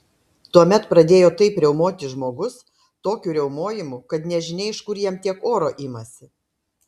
tuomet pradėjo taip riaumoti žmogus tokiu riaumojimu kad nežinia iš kur jam tiek oro imasi